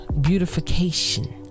beautification